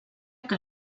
que